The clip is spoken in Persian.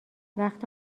وقت